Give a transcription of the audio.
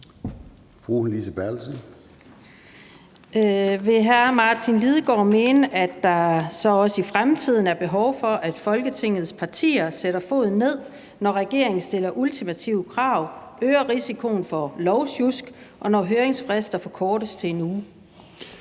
Bertelsen (KF): Vil hr. Martin Lidegaard mene, at der så også i fremtiden er behov for, at Folketingets partier sætter foden ned, når regeringen stiller ultimative krav og øger risikoen for lovsjusk, og når høringsfrister forkortes til 1 uge?